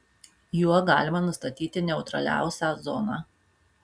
juo galima nustatyti neutraliausią zoną